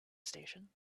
station